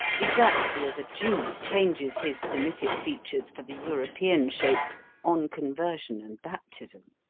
exactly as a jew changes his semitic features for the european shape on conversion and baptism.